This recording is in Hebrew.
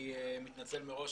אני מתנצל מראש,